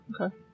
Okay